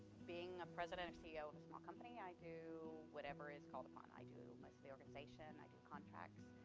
being a president and ceo of a small company, i do whatever is called upon. i do mostly organization, i do contracts,